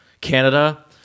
canada